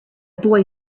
boy